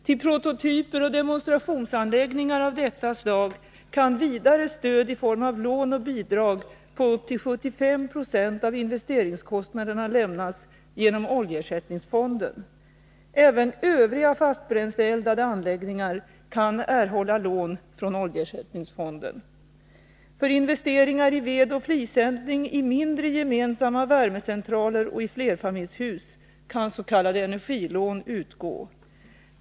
Till prototyper och demonstrationsanläggningar av detta slag kan vidare stöd i form av lån och bidrag på upp till 75 20 av investeringskostnaden lämnas genom oljeersättningsfonden. Även övriga fastbränsleeldade' anläggningar kan erhålla lån från oljeersättningsfonden. För investeringar i vedoch fliseldning i mindre, gemensamma värmecentraler och i flerfamiljshus kan s.k. energilån utgå.